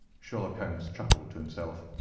sherlock holmes chuckled to himself,